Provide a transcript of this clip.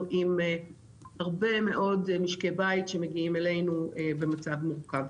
עם הרבה מאוד משקי בית שמגיעים אלינו במצב מורכב.